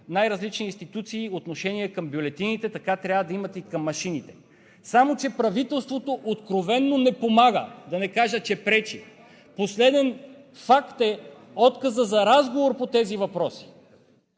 най-различни институции отношение към бюлетините, така трябва да имат и към машините. Само че правителството откровено не помага, да не кажа, че пречи. Последен факт е отказът за разговор по тези въпроси.